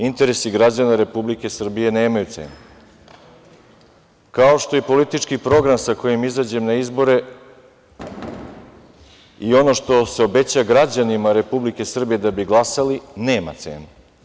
Interesi građana Republike Srbije nemaju cenu, kao što i politički program sa kojim izađem na izbore i ono što se obeća građanima Republike Srbije da bi glasali nema cenu.